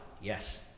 Yes